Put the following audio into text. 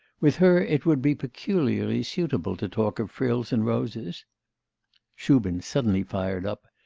with her it would be peculiarly suitable to talk of frills and roses shubin suddenly fired up,